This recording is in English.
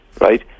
Right